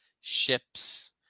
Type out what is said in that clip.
ships